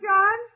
John